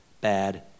bad